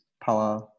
power